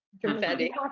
confetti